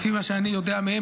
לפי מה שאני יודע מהם,